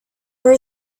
were